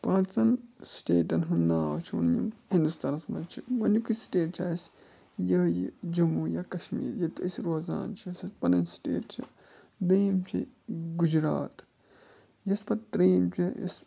پانٛژَن سٹیٹَن ہُنٛد ناو چھُ وَنُن یِم ہِندُستانَس منٛز چھِ گۄڈنِکُے سٹیٹ چھِ اَسہِ یِہوٚے یہِ جموں یا کَشمیٖر ییٚتہِ أسۍ روزان چھِ یۄس اَسہِ پَنٕنۍ سٹیٹ چھِ دٔیِم چھِ گُجرات یۄس پَتہٕ ترٛیٚیِم چھِ یُس